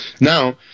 now